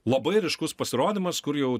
labai ryškus pasirodymas kur jau